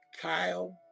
Kyle